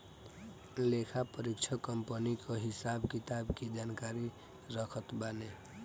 लेखापरीक्षक कंपनी कअ हिसाब किताब के जानकारी रखत बाने